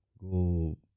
go